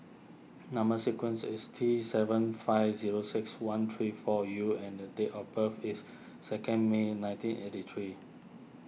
Number Sequence is T seven five zero six one three four U and the date of birth is second May nineteen eighty three